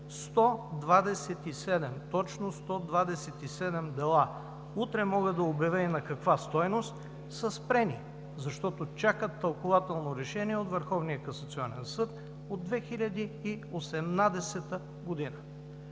127, точно 127 дела – утре мога да обявя и на каква стойност, са спрени, защото чакат тълкувателно решение от Върховния